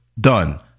Done